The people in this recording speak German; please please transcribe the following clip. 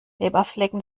leberflecken